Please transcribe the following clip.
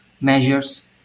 measures